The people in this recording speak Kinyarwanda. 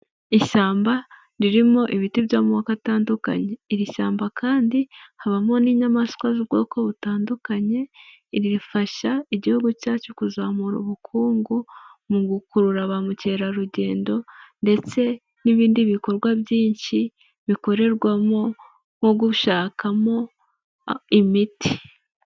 Ishyamba ririmo ibiti by'amoko atandukanye, iri shyamba kandi habamo n'inyamaswa z'ubwoko butandukanye rifasha igihugu cyacu kuzamura ubukungu mu gukurura ba mukerarugendo ndetse n'ibindi bikorwa byinshi bikorerwamo nko gushakamo imiti.